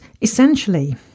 essentially